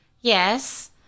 yes